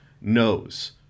knows